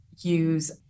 use